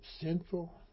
sinful